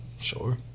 Sure